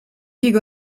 jego